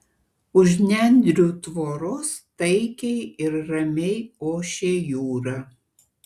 už nendrių tvoros taikiai ir ramiai ošė jūra